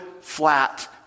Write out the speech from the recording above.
flat